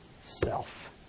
self